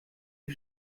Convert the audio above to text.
die